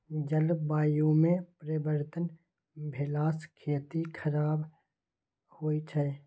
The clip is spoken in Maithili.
जलवायुमे परिवर्तन भेलासँ खेती खराप होए छै